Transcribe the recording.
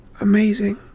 Amazing